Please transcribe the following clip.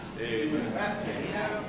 Amen